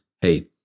hey